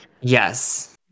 Yes